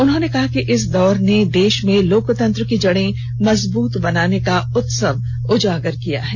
उन्होंने कहा कि इस दौर ने देश में लोकतंत्र की जड़े मजबूत बनाने का महत्व उजागर किया है